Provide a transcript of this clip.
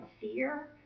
fear